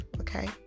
okay